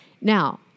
Now